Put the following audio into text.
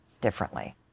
differently